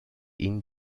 ihn